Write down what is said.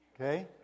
okay